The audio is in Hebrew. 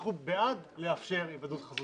אנחנו בעד לאפשר היוועדות חזותית.